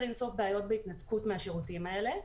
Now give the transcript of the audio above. אין סוף בעיות בהתנתקות מהשירותים האלה.